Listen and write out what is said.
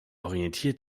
orientiert